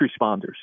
responders